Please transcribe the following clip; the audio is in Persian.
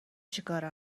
چیکاره